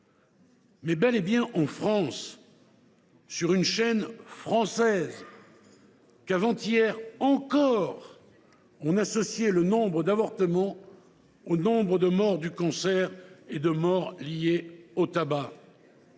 mais bel et bien en France, sur une chaîne française, qu’avant hier encore on associait le nombre d’avortements à celui de morts du cancer et de décès liés au tabac.